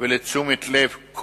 ולתשומת לב.